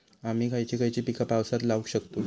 आम्ही खयची खयची पीका पावसात लावक शकतु?